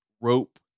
rope